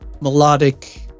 melodic